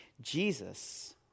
Jesus